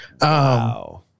Wow